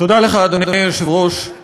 הצעת חוק ביטוח בריאות ממלכתי